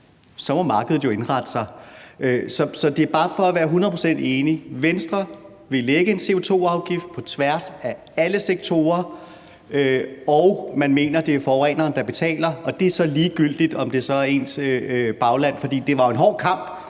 må markedet jo indrette sig. Så det er bare for at være hundrede procent sikker – Venstre vil lægge en CO2-afgift på tværs af alle sektorer, og man mener, det er forureneren, der skal betale, og det er så ligegyldigt, om det er ens bagland. For det var en hård kamp